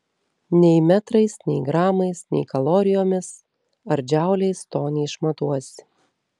nei metrais nei gramais nei kalorijomis ar džauliais to neišmatuosi